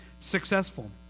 successful